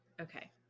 okay